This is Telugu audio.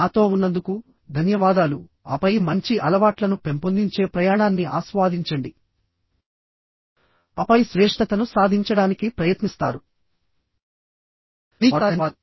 నాతో ఉన్నందుకు ధన్యవాదాలుఆపై మంచి అలవాట్లను పెంపొందించే ప్రయాణాన్ని ఆస్వాదించండి ఆపై శ్రేష్ఠతను సాధించడానికి ప్రయత్నిస్తారు